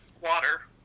water